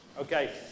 Okay